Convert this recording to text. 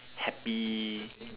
happy